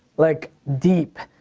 like, deep.